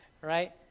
right